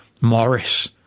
Morris